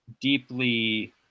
deeply